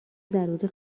ضروری